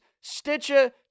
Stitcher